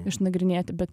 išnagrinėti bet